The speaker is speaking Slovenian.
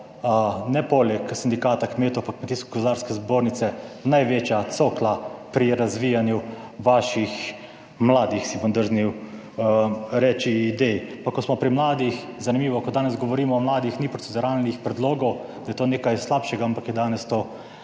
ne poleg sindikata kmetov pa Kmetijsko-gozdarske zbornice največja cokla pri razvijanju vaših mladih, si bom drznil reči, idej. Pa ko smo pri mladih, zanimivo, ko danes govorimo o mladih, ni proceduralnih predlogov, da je to nekaj slabšega, ampak je danes to